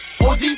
OG